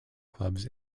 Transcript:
clubs